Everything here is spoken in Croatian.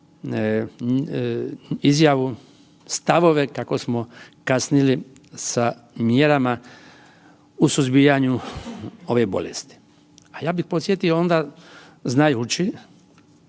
izjavu, stavove kako smo kasnili sa mjerama u suzbijanju ove bolesti. A ja bih podsjetio onda znajući